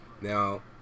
now